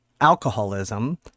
alcoholism